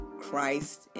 Christ